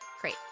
Great